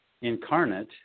incarnate